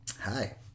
Hi